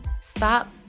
stop